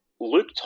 Luke